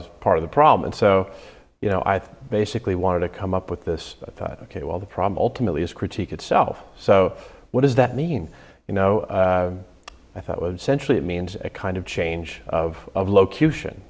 as part of the problem and so you know i basically wanted to come up with this i thought ok well the problem ultimately is critique itself so what does that mean you know i thought was centrally it means a kind of change of location